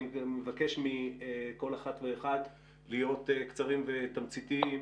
אני מבקש מכל אחת ואחד להיות קצרים ותמציתיים.